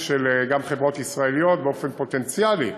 של חברות ישראליות באופן פוטנציאלי,